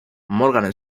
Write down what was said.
morgan